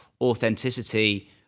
authenticity